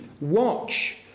Watch